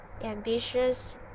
Ambitious